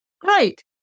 great